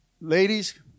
ladies